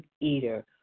eater